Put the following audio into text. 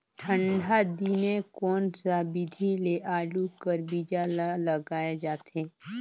ठंडा दिने कोन सा विधि ले आलू कर बीजा ल लगाल जाथे?